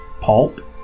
Pulp